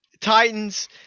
Titans